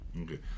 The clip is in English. Okay